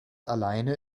alleine